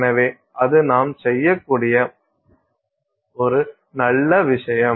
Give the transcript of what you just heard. எனவே அது நாம் செய்யக்கூடிய ஒரு நல்ல விஷயம்